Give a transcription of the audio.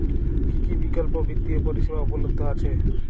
কী কী বিকল্প বিত্তীয় পরিষেবা উপলব্ধ আছে?